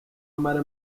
amara